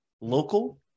local